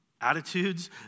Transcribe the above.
Attitudes